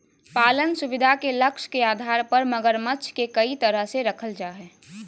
पालन सुविधा के लक्ष्य के आधार पर मगरमच्छ के कई तरह से रखल जा हइ